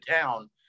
town